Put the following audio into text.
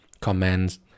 comments